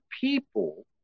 people